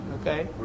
okay